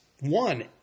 one